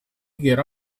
get